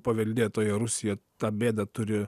paveldėtoja rusija tą bėdą turi